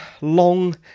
long